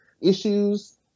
issues